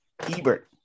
Ebert